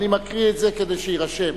אני מקריא את זה כדי שיירשם,